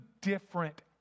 different